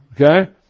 okay